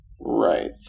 Right